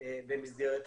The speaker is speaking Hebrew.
במסגרת התהליך.